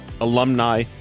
alumni